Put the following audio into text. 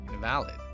valid